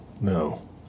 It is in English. No